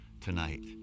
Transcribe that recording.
tonight